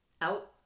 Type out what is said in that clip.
out